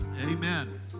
Amen